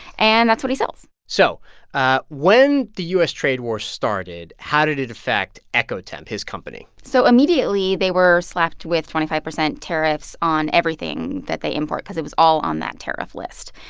and that's what he sells so ah when the u s. trade war started, how did it affect eccotemp, his company? so immediately, they were slapped with twenty five percent tariffs on everything that they import because it was all on that tariff list.